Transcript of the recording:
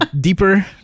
deeper